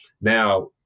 Now